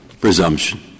presumption